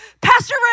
Pastor